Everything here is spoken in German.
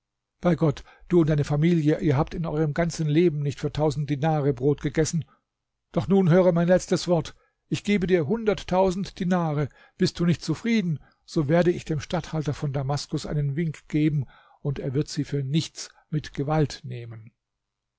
bei gott du und deine ganze familie ihr habt in eurem ganzen leben nicht für tausend dinare brot gegessen doch nun höre mein letztes wort ich gebe dir hunderttausend dinare bist du nicht zufrieden so werde ich dem statthalter von damaskus einen wink geben und er wird sie für nichts mit gewalt nehmen